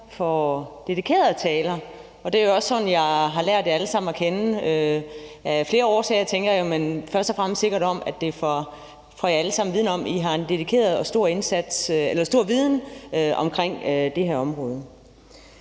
for dedikerede taler, og det er jo også sådan, jeg har lært jer alle sammen at kende af flere årsager, tænker jeg, men først og fremmest sikkert, fordi det for jer alle sammen vidner om, at I har en stor viden omkring det her område.